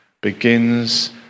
begins